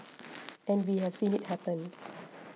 and we have seen it happen